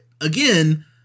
again